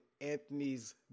Anthony's